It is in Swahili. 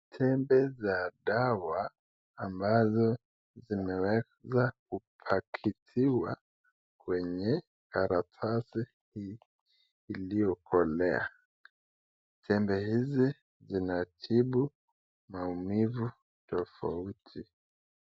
Tembe za dawa ambazo zimeweza kupakitiwa kwenye karatasi hii iliyokolea. Tembe hizi zinatibu maumivu tofauti.